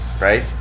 right